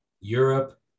Europe